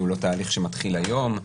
הוא לא תהליך שמתחיל היום.